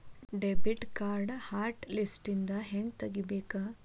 debit ಕಾರ್ಡ್ನ hot ಲಿಸ್ಟ್ನಿಂದ ಹೆಂಗ ತೆಗಿಬೇಕ